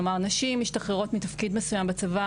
כלומר, נשים משתחררות מתפקיד מסוים בצבא